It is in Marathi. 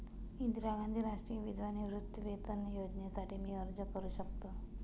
इंदिरा गांधी राष्ट्रीय विधवा निवृत्तीवेतन योजनेसाठी मी अर्ज करू शकतो?